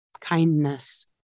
kindness